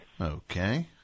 Okay